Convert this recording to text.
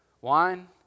wine